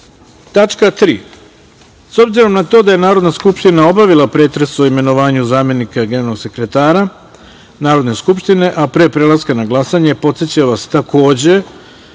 SRBIJES obzirom na to da je Narodna skupština obavila pretres o imenovanju zamenika generalnog sekretara Narodne skupštine, a pre prelaska na glasanje, podsećam vas da,